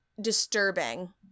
disturbing